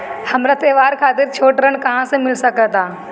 हमरा त्योहार खातिर छोट ऋण कहाँ से मिल सकता?